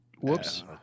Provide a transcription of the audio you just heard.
whoops